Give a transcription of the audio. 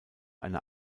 einer